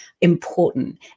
important